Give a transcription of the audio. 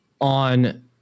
on